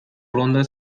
ronda